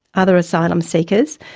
other asylum seekers,